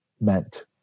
meant